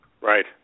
Right